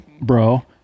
bro